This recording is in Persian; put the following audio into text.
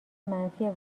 منفی